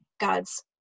god's